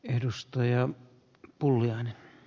arvoisa puhemies